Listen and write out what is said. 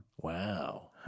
Wow